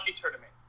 tournament